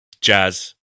Jazz